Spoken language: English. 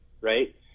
right